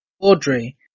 Audrey